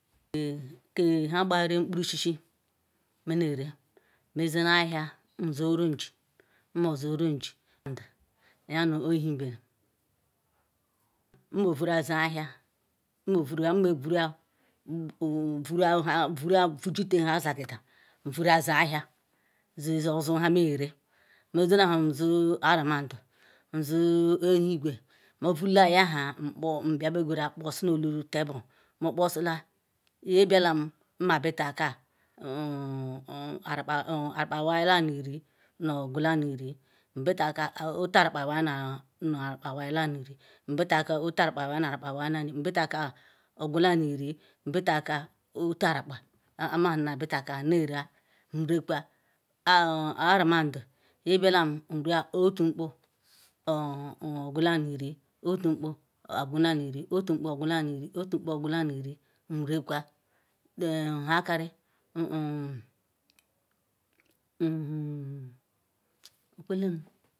Ke nha gbayera kporosisi benere mezina ahia, nsu urunchi nmasu urunchi yanu ohibele nmovuru si ahia nmovuru nmovuru vuracvujitee nha agada nuuru si ahia ziosu nha mayera mesine ham nsu Avamudu, nsu Eligwe mevule yaha nkpo bia begwora kposi nu olu table me-kposile nye bialam nmebita ka Hmmm Arukpa Arukpa Iwaibla-nu-Irin nu-ogwula-nu-Irin bita kam kpam otu rukpai Iwai nu-akpa Iwaila nu-Irin bita kam otu rukpa Iwai nu-rukpa Iwai la nu-Irin bita ka otu-akpa haha nma bita ka nnerea nnekwolea. Haha Aramadu nye bialam nreya otu nkpo nu-ogwu-la-nu-Irin, otu nkpo ogwure La-nu- Irin, otu nkpo ogwu-la-nu-Irin nrekwiya nmm nhakari mmm okwelem.